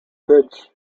pitch